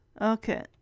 Okay